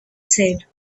said